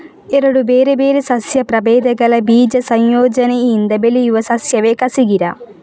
ಎರಡು ಬೇರೆ ಬೇರೆ ಸಸ್ಯ ಪ್ರಭೇದಗಳ ಬೀಜ ಸಂಯೋಜನೆಯಿಂದ ಬೆಳೆಯುವ ಸಸ್ಯವೇ ಕಸಿ ಗಿಡ